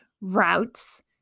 routes